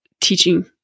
teaching